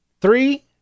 Three